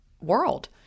world